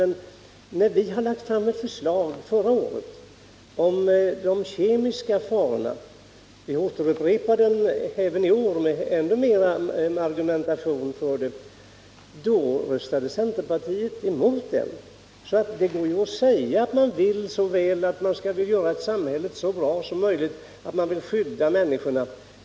När vi lade fram en motion förra året om de kemiska farorna — vi upprepar den i år med ännu starkare argumentation — då röstade centerpartiet emot den. Det går att säga att man vill så väl, att man skall göra samhället så bra som möjligt och att man vill skydda människorna.